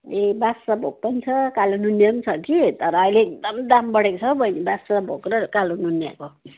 ए बादसाह भोग पनि छ कालो नुनिया छ कि तर अहिले एकदम दाम बढेको छ बहिनी बादसाह भोग र कालो नुनियाको